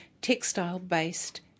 textile-based